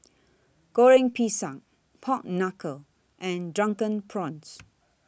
Goreng Pisang Pork Knuckle and Drunken Prawns